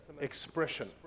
expression